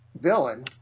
villain